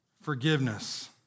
Forgiveness